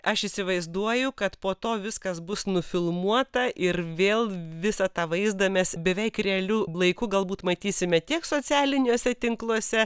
aš įsivaizduoju kad po to viskas bus nufilmuota ir vėl visą tą vaizdą mes beveik realiu laiku galbūt matysime tiek socialiniuose tinkluose